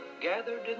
gathered